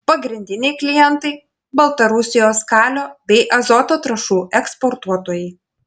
pagrindiniai klientai baltarusijos kalio bei azoto trąšų eksportuotojai